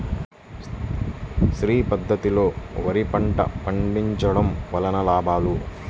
శ్రీ పద్ధతిలో వరి పంట పండించడం వలన లాభాలు?